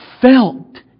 felt